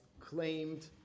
claimed